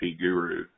guru